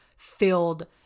filled